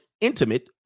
intimate